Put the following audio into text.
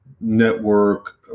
network